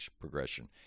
progression